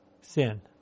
sin